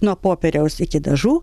nuo popieriaus iki dažų